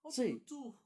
how to 住